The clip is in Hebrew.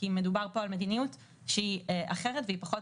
לעומת מדינות אחרות.